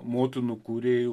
motinų kūrėjų